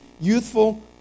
youthful